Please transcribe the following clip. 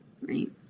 Right